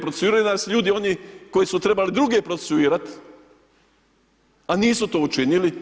Procesuiraju nas ljudi oni koji su trebali druge procesuirati, a nisu to učinili.